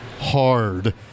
hard